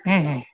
ಹ್ಞೂ ಹ್ಞೂ